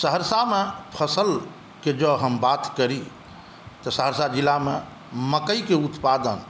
सहरसामे फसल के जॅं हम बात करी त सहरसा जिलामे मकइके उत्पादन